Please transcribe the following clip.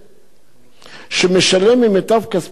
את האסיר שמשלם ממיטב כספו כדי להשתמש בטלפון